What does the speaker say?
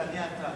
תענה אתה.